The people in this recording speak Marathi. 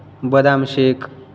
बदाम शेक